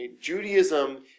Judaism